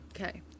Okay